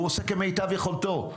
הוא עושה כמיטב יכולתי.